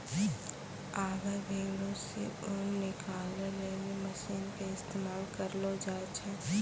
आबै भेड़ो से ऊन निकालै लेली मशीन के इस्तेमाल करलो जाय छै